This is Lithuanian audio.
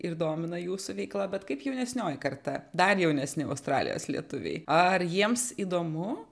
ir domina jūsų veikla bet kaip jaunesnioji karta dar jaunesni australijos lietuviai ar jiems įdomu